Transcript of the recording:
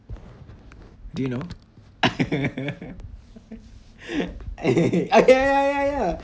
do you know ya ya ya ya